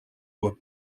were